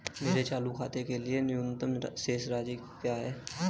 मेरे चालू खाते के लिए न्यूनतम शेष राशि क्या है?